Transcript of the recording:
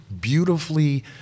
beautifully